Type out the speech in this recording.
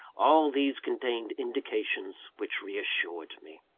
all these contained indications which reassured me.